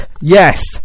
yes